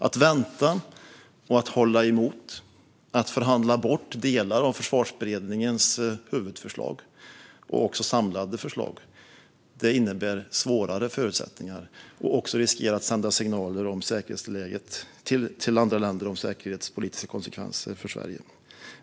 Att vänta och hålla emot och att förhandla bort delar av Försvarsberedningens huvudförslag och samlade förslag innebär svårare förutsättningar. Det riskerar också att sända signaler om säkerhetsläget till andra länder, med säkerhetspolitiska konsekvenser för Sverige.